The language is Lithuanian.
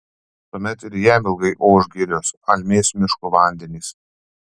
tuomet ir jam ilgai oš girios almės miškų vandenys